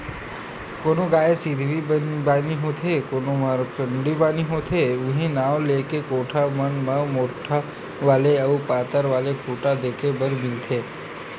कोनो गाय सिधवी बानी होथे कोनो मरखंडी बानी होथे उहीं नांव लेके कोठा मन म मोठ्ठ वाले अउ पातर वाले खूटा देखे बर मिलथे